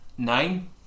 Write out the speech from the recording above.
Nine